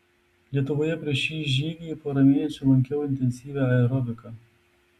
lietuvoje prieš šį žygį porą mėnesių lankiau intensyvią aerobiką